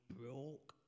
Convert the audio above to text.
broke